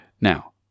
Now